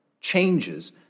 changes